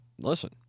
listen